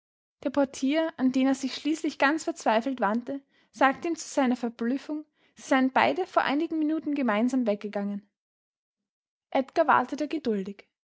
der portier an den er sich schließlich ganz verzweifelt wandte sagte ihm zu seiner verblüffung sie seien beide vor einigen minuten gemeinsam weggegangen edgar wartete geduldig